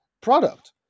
product